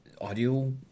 audio